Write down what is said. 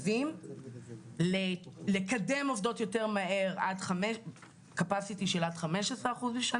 בוודאי שהם צריכים לקבל את הכסף הזה.